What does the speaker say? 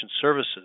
Services